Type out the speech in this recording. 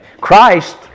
Christ